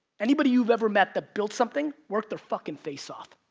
anybody you've ever met that built something worked their fucking face off.